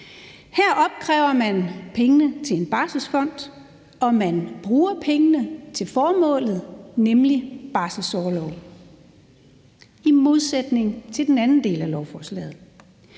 Her opkræver man pengene til en barselsfond, og man bruger pengene til formålet, nemlig barselsorlov, og det står i modsætning til i den anden del af lovforslaget.